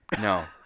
No